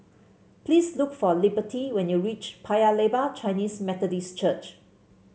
please look for Liberty when you reach Paya Lebar Chinese Methodist Church